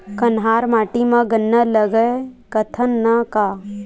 कन्हार माटी म गन्ना लगय सकथ न का?